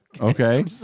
okay